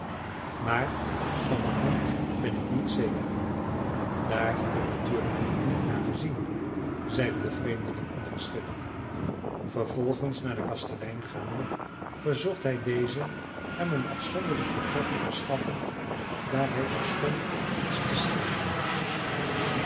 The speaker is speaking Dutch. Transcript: maar van de hand ben ik niet zeker daar heb ik natuurlijk ook niet naar gezien zeide de vreemdeling onverschillig vervolgens naar den kastelein gaande verzocht hij dezen hem een afzonderlijk vertrek te verschaffen daar hij terstond iets te schrijven had